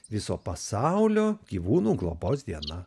viso pasaulio gyvūnų globos diena